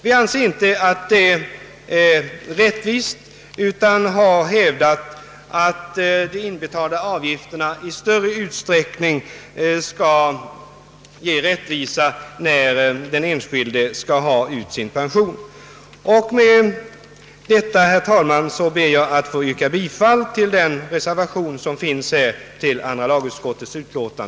Detta är inte rättvist. Vi har hävdat att de inbetalda avgifterna i större utsträckning skall ge rättvisa när den enskilde skall ha ut sin pension. Med detta, herr talman, ber jag få yrka bifall till reservationen.